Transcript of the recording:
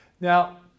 Now